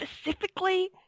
specifically